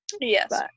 Yes